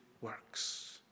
works